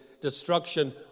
destruction